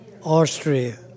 Austria